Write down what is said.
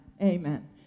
Amen